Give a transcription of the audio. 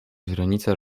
źrenice